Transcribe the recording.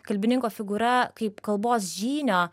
kalbininko figūra kaip kalbos žynio